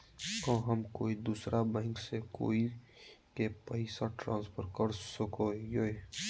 का हम कोई दूसर बैंक से कोई के पैसे ट्रांसफर कर सको हियै?